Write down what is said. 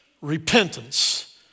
Repentance